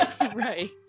Right